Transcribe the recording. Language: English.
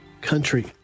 country